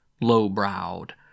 Low-browed